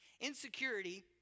Insecurity